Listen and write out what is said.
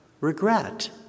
regret